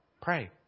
pray